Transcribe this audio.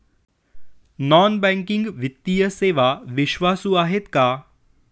Non banking वित्तीय सेवा विश्वासू आहेत का?